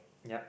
yup